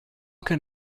can